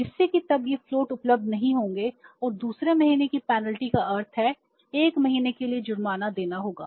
जिससे कि तब ये फ्लोट का अर्थ है 1 महीने के लिए जुर्माना देना होगा